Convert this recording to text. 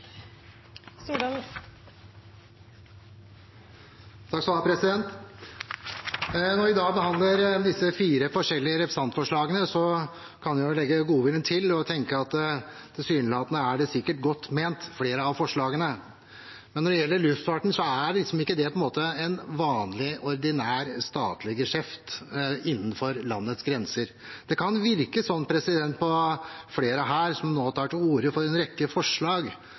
Når vi i dag behandler disse fire forskjellige representantforslagene, kan man jo legge godviljen til og tenke at tilsynelatende er flere av forslagene sikkert godt ment. Men når det gjelder luftfarten, er ikke det en vanlig, ordinær statlig geskjeft innenfor landets grenser. Det kan virke som om flere som nå tar til orde for en rekke forslag,